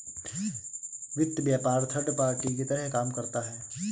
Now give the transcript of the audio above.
वित्त व्यापार third party की तरह काम करता है